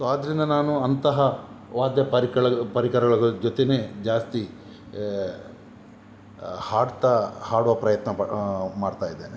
so ಆದ್ದರಿಂದ ನಾನು ಅಂತಹ ವಾದ್ಯ ಪರಿಕರ ಪರಿಕರಗಳ ಜೊತೆನೆ ಜಾಸ್ತಿ ಹಾಡ್ತಾ ಹಾಡುವ ಪ್ರಯತ್ನ ಪ ಮಾಡ್ತಾಯಿದ್ದೇನೆ